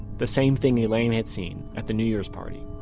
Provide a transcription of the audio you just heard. the same thing elaine had seen at the new year's party